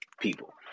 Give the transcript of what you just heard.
people